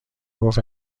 گفت